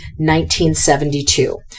1972